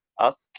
Ask